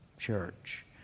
church